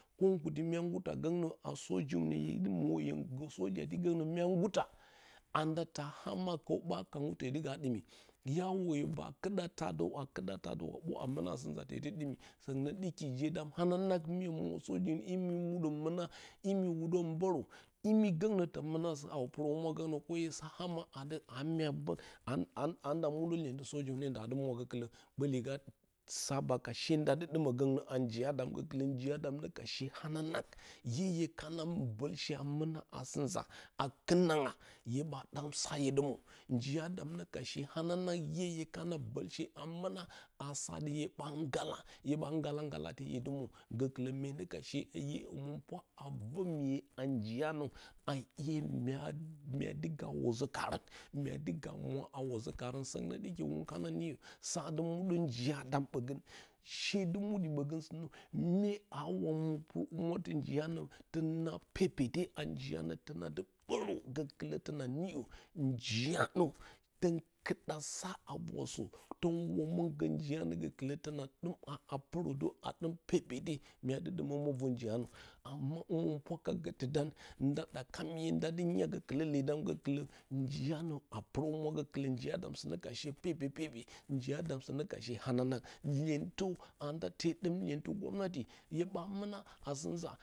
Ko ngguti mya ngguta a sojune hye dɨ mwa hye gǝ sojati gǝngnǝ mya ngguta, anda taa ama kǝw ɓa kangǝ tee dɨ ga ɗɨmi. hya woyo a ɗɨka taa dǝw a kɨɗa taa a ɨna asɨ nza tee dí ɗɨmi. Sǝngɨn nǝ ɗɨki je dam hananang ʻye mwo sojuwne imi muɗǝ mɨna imi wudǝ mbǝrǝ. imi gǝngnǝ tǝn mɨna sɨ hawo pɨrǝ humwa, gǝngnǝ ko ye sa ama atɨ anda muɗǝ lyentɨ sojuwne ndaa dɨ mwa gǝkɨlǝ ɓǝ ka shee nda dɨ ɗɨmǝ gǝngnǝ a njiya dam gǝkɨlǝ njiya dam ne ka shee hananang ʻye hye kana bǝlshe a mɨna asɨ nza a kɨt nanga hye ɓa ɗa sa hye mwo. Njiya dam nee ka shee hananang ʻye hy kana bǝlshe a mɨna a saatɨ hye ɓa nggala, hye ɓa nggala nggalate hye dɨ mwo, gǝkɨlǝ myenǝ ka shee ʻye hǝmɨnpwa a vǝ miye a njiyanǝ a ʻye mya dɨ ga wozo kaarǝn. myadɨ ga mwa a wozo kaarǝn. sǝngɨnnǝ ɗɨki mya dɨ mwa wozo kaarǝn. Sǝngɨn nǝ ɗɨki sa dɨ muɗǝ njiya dam ɓǝgǝn, shee dɨ muɗi ɓǝgǝn myee aawa mwp pɨrǝ humwatɨ njiyanǝ tǝn naa pepete a njiyanǝ tǝna dɨ ɓǝrǝ gǝkɨlǝ tǝna niyǝ njiyanǝ tǝn kɨɗa sa a vorsǝ. tǝn nggurǝ muggǝ njiyanǝ gǝkɨlǝ tǝna ɗɨm haa a pɨrǝ dǝ a ɗɨm pepete mya dɨ ɗɨmǝmǝ vor njiyanǝ hǝmɨnpwa ka gǝtɨ dan nda ɗaka myee nda dɨ nya gǝkɨlǝ ledan gǝkɨlǝ njiyanǝ a pɨrǝ humwa gǝkɨlǝ njiya sɨnǝ ka shee pepe, pepe njiya dam sɨnǝ ka shee hananang. Lyentǝ, anda tee ɗɨm lyentɨ nggwamnati, hye ɓa mɨna asɨ nza